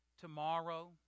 tomorrow